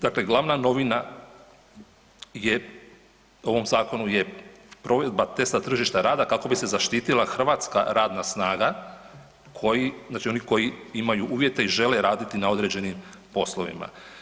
Dakle, glavna novina je u ovom zakonu je provedba testa tržišta rada kako bi se zaštitila hrvatska radna snaga, koji, znači oni koji imaju uvjete i žele raditi na određenim poslovima.